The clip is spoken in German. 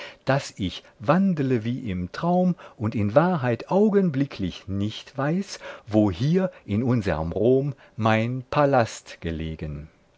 daß ich wandle wie im traum und in wahrheit augenblicklich nicht weiß wo hier in unserm rom mein palast gelegen